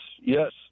yes